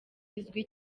izwi